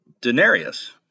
denarius